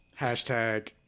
Hashtag